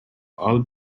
all